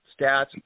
stats